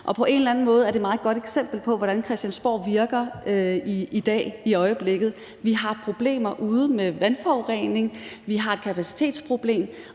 På en eller anden måde er det et meget godt eksempel på, hvordan Christiansborg virker i øjeblikket. Vi har problemer derude med vandforurening, vi har et kapacitetsproblem,